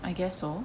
I guess so